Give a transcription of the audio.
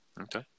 Okay